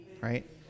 right